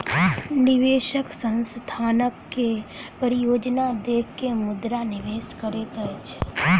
निवेशक संस्थानक के परियोजना देख के मुद्रा निवेश करैत अछि